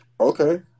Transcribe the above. Okay